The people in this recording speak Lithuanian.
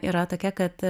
yra tokia kad